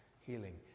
healing